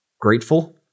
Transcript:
grateful